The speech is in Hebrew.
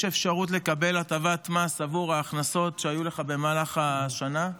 אפשרות לקבל הטבת מס עבור ההכנסות שהיו לך במהלך השנה.